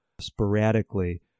sporadically